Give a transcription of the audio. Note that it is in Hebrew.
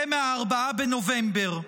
זה מ-4 בנובמבר.